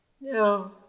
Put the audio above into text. Now